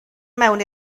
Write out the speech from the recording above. mewn